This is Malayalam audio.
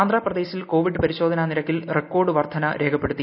ആന്ധ്രപ്രദേശിൽ കോവിഡ് പരിശോധന നിരക്കിൽ റെക്കോർഡ് വർധന രേഖപ്പെടുത്തി